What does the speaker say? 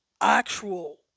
actual